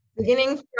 Beginning